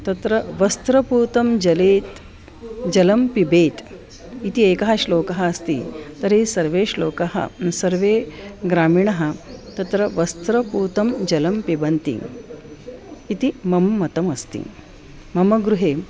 तत्र वस्त्रपूतं जलेत् जलं पिबेत् इति एकः श्लोकः अस्ति तर्हि सर्वे श्लोकः सर्वे ग्रामीणाः तत्र वस्त्रपूतं जलं पिबन्ति इति मम मतमस्ति मम गृहे